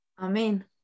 Amen